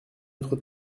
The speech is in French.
autre